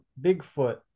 Bigfoot